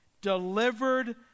delivered